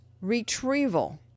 retrieval